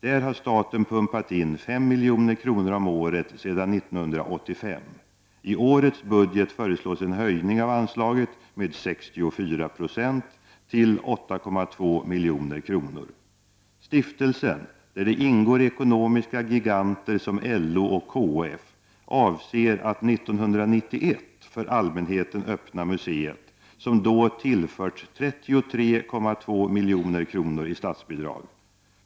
Där har staten pumpat in 5 milj.kr. om året sedan 1985. I årets budget föreslås en höjning av anslaget med 64 9 till 8,2 milj.kr. Stiftelsen, där det ingår ekonomiska giganter som LO och KF, avser att 1991 öppna museet, som då tillförts 33,2 milj.kr. i statsbidrag, för allmänheten.